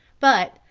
but,